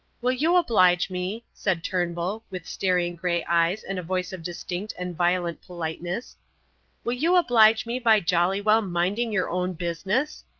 will you oblige me, said turnbull, with staring grey eyes and a voice of distinct and violent politeness will you oblige me by jolly well minding your own business?